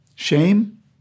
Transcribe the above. Shame